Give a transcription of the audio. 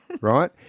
right